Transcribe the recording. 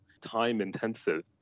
time-intensive